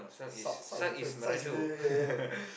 sulk sulk is different sulk is